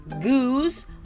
Goose